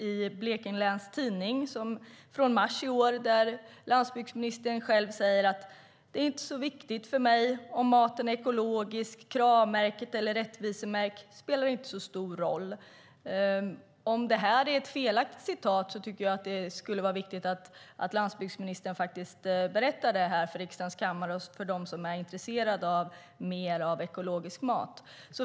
I Blekinge läns tidning i mars i år säger landsbygdsministern: Det är inte så viktigt för mig om maten är ekologisk, kravmärkt eller rättvisemärkt. Det spelar inte så stor roll. Om detta är ett felaktigt citat tycker jag att det skulle vara viktigt att landsbygdsministern berättade det för riksdagens kammare och för dem som är intresserade av mer ekologisk mat.